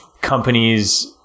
companies